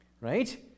right